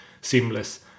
seamless